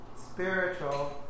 spiritual